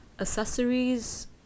accessories